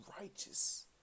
righteous